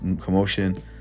commotion